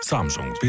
Samsung